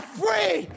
free